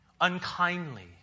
unkindly